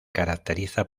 caracteriza